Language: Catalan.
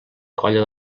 colla